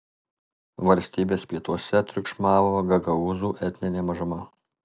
valstybės pietuose triukšmavo gagaūzų etninė mažuma